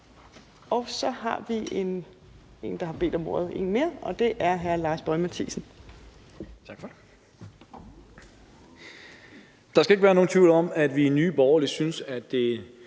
Så har vi en mere, der har bedt om ordet, og det er hr. Lars Boje Mathiesen.